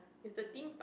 is a theme